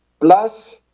Plus